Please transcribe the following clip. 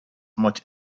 much